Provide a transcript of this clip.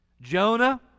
Jonah